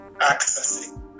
accessing